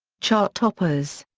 chart-toppers.